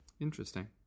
Interesting